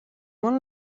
món